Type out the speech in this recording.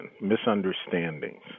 misunderstandings